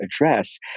address